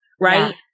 Right